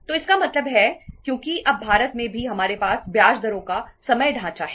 तो इसका मतलब है क्योंकि अब भारत में भी हमारे पास ब्याज दरों का समय ढांचा है